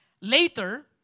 later